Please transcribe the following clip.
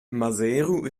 maseru